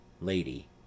Lady